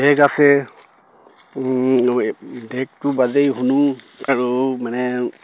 deck আছে ডেকটো বাজেই শুনো আৰু মানে